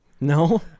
No